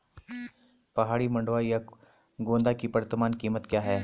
पहाड़ी मंडुवा या खोदा की वर्तमान कीमत क्या है?